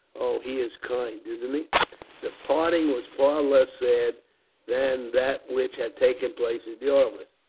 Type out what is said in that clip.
oh, he is kind, isn't he? the parting was far less sad than that which had taken place at yarmouth.